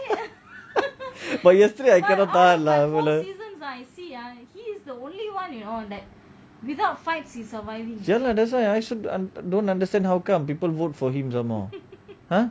but yesterday I cannot tahan lah fella ya lah that's why I also I don't understand how come people vote for him the more !huh!